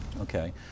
Okay